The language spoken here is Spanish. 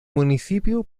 municipio